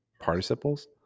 participles